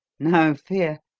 no fear!